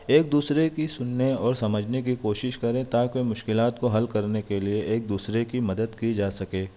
ایک دوسرے کی سننے اور سمجھنے کی کوشش کریں تا کہ مشکلات کو حل کرنے کے لیے ایک دوسرے کی مدد کی جا سکے